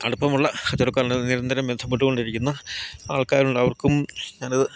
അടുപ്പമുള്ള നിരന്തരം ബന്ധപ്പെട്ടുകൊണ്ടിരിക്കുന്ന ആൾക്കാരുണ്ട് അവർക്കും ഞാനത്